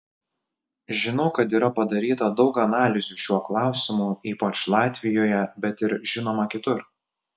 žinau kad yra padaryta daug analizių šiuo klausimu ypač latvijoje bet ir žinoma kitur